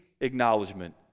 acknowledgement